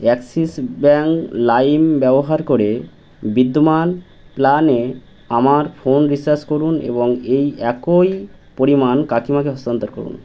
Axis Bank Lime ব্যবহার করে বিদ্যমান প্ল্যানে আমার ফোন রিচার্জ করুন এবং এই একই পরিমাণ কাকিমাকে স্থানান্তর করুন